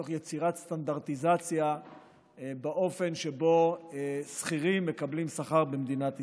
תוך יצירת סטנדרטיזציה באופן שבו שכירים מקבלים שכר במדינת ישראל.